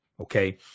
Okay